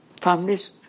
families